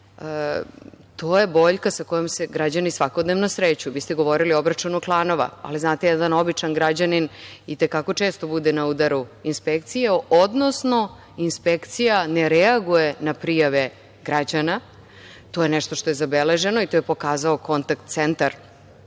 To je boljka sa kojom se građani svakodnevno sreću. Vi ste govorili o obračunu planova. Znate, jedan običan građanin i te kako često bude na udaru inspekcije, odnosno inspekcija ne reaguje na prijave građana. To je nešto što je zabeleženo i to je pokazao kontakt centar